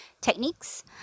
techniques